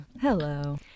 Hello